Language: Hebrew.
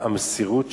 המסירות שלך,